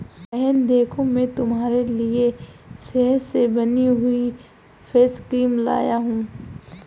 बहन देखो मैं तुम्हारे लिए शहद से बनी हुई फेस क्रीम लाया हूं